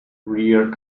rear